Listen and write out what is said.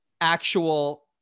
actual